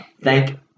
Thank